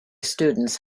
students